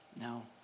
No